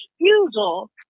refusal